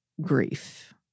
grief